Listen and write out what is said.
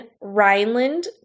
Rhineland